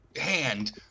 hand